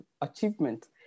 achievement